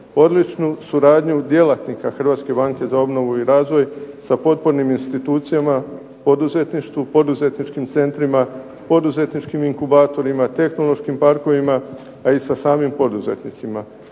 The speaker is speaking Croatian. Odličnu suradnju djelatnika Hrvatske banke za obnovu i razvoj, sa potpornim institucijama, poduzetništvu, poduzetničkim centrima, poduzetničkim inkubatorima, tehnološkim parkovima, a i sa samim poduzetnicima,